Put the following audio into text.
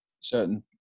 certain